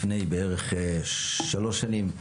לפני בערך שלוש שנים,